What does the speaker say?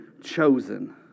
chosen